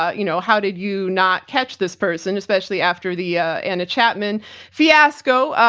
ah you know, how did you not catch this person, especially after the yeah anna chapman fiasco?